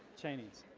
chinese.